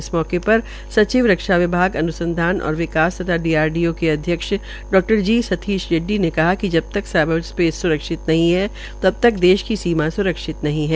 इस मौके पर सचिव रक्षा विभाग अन्संधान और विकास तथा डीआरडीओ के अध्यक्ष डॉ जी सतीश रेडडी ने कहा कि जबतक साइबार स्पेस स्रक्षित नहीं है देश की सीमा स्रक्षित नहीं है